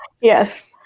yes